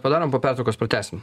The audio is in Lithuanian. padarom po pertraukos pratęsim